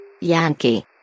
Yankee